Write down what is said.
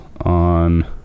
on